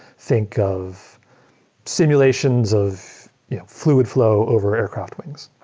think of simulations of fluid flow over aircraft wings.